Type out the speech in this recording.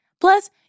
Plus